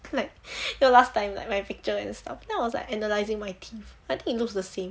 like ya last time like my picture and stuff that was like analysing my teeth I think it looks the same